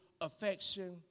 affection